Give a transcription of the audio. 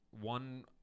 one